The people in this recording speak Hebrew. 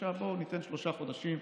התחייבו לשלושה חודשים.